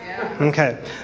Okay